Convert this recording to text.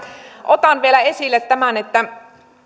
otan vielä esille tämän että